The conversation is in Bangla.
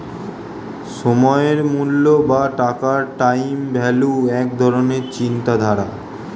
সময়ের মূল্য বা টাকার টাইম ভ্যালু এক ধরণের চিন্তাধারা